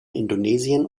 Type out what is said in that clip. indonesien